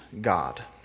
God